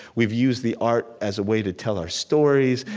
we've used the art as a way to tell our stories,